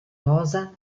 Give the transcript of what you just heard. rosa